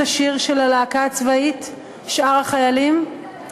את השיר של הלהקה הצבאית "אחד החיילים"?